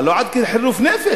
אבל לא עד כדי חירוף נפש.